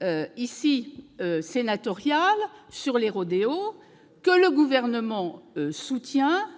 de loi sur les rodéos, que le Gouvernement soutient,